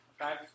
okay